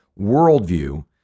worldview